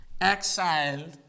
exiled